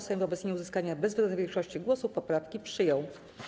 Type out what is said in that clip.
Sejm wobec nieuzyskania bezwzględniej większości głosów poprawki przyjął.